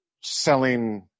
selling